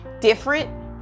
different